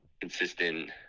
consistent